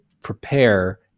prepare